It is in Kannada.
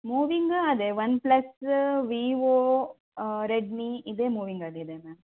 ಮೂವಿಂಗ್ ಅದೇ ಒನ್ ಪ್ಲಸ್ ವಿವೊ ರೆಡ್ಮಿ ಇದೆ ಮೂವಿಂಗಲ್ಲಿ ಇರದು ಮ್ಯಾಮ್